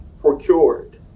procured